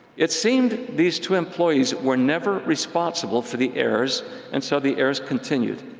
it seemed these two employees were never responsible for the errors and so the errors continued.